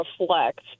reflect